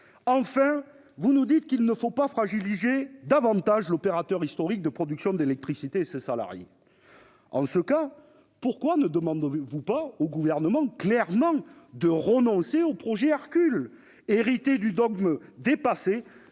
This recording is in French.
Enfin, vous nous dites qu'il ne faut pas « fragiliser davantage l'opérateur historique de production d'électricité et ses salariés ». En ce cas, pourquoi ne pas demander clairement au Gouvernement de renoncer au projet Hercule, hérité du dogme dépassé